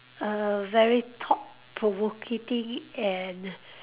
a very thought provoking and